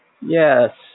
yes